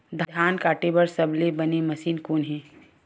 धान काटे बार सबले बने मशीन कोन हे?